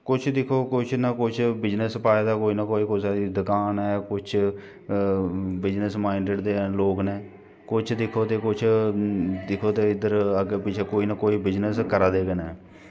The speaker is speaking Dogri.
कुछ दिक्खो कुछ ना कुछ बिजनेस पाए दा कोई ना कोई कुसै ने दकान ऐ कुछ बिजनेस माइंडड दे लोग न कुछ दिक्खो ते कुछ दिक्खो ते इद्धर अग्गें पिच्छे कोई न कोई बिजनेस करा दे गै न